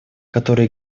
который